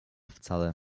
wcale